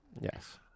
Yes